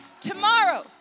Tomorrow